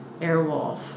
Airwolf